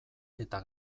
eta